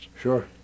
Sure